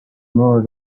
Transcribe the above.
more